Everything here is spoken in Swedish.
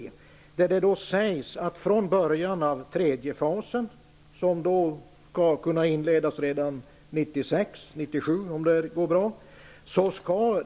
I den sägs det som skall gälla från början av tredje fasen, som skall kunna inledas redan 1996--1997 om allt går bra.